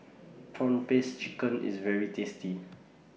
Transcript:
Prawn Paste Chicken IS very tasty